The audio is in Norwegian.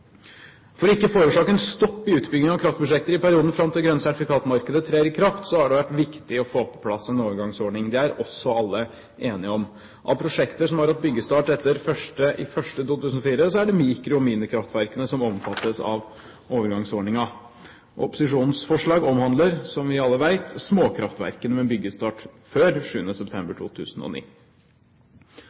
For ikke å forårsake en stopp i utbyggingen av kraftprosjekter i perioden fram til det grønne sertifikatmarkedet trer i kraft, har det vært viktig å få på plass en overgangsordning. Det er også alle enige om. Av prosjekter som har hatt byggestart etter 1. januar 2004, er det mikro- og minikraftverkene som omfattes av overgangsordningen. Opposisjonens forslag omhandler, som vi alle vet, småkraftverkene med byggestart før 7. september 2009.